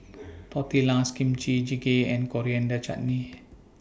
Tortillas Kimchi Jjigae and Coriander Chutney